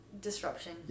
disruption